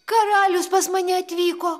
karalius pas mane atvyko